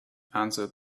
answered